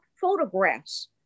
photographs